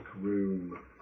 Room